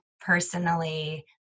personally